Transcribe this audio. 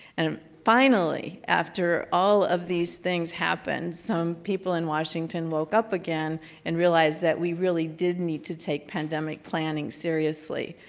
and um finally, after all of these things happened, some people in washington woke up again and realized that we really did need to take pandemic planning seriously.